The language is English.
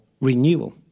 renewal